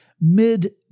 mid